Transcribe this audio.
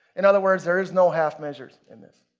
in other words, there is no half measures in this.